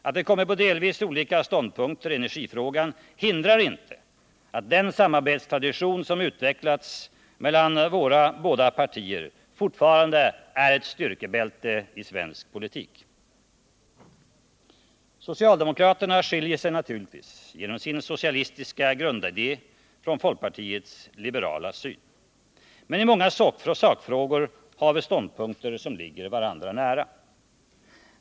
Att vi kommit på delvis olika ståndpunkt i energifrågan hindrar inte att den samarbetstradition som utvecklats mellan våra båda partier fortfarande är ett styrkebälte i svensk politik. Socialdemokraterna skiljer sig naturligtvis genom sin socialistiska grundidé från folkpartiets liberala syn. Men i många sakfrågor har vi ståndpunkter som ligger varandra nära.